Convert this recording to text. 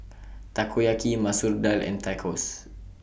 Takoyaki Masoor Dal and Tacos